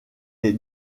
est